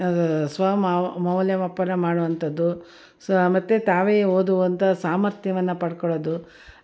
ಸ್ವ ಮಾವ್ ಮೌಲ್ಯ ಮಾಪನ ಮಾಡುವಂಥದ್ದು ಸ ಮತ್ತು ತಾವೇ ಓದುವಂಥ ಸಾಮರ್ಥ್ಯವನ್ನು ಪಡ್ಕೊಳ್ಳೋದು